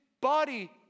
body